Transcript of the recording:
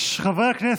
ששש, חברי הכנסת.